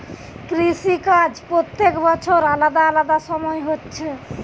কৃষি কাজ প্রত্যেক বছর আলাদা আলাদা সময় হচ্ছে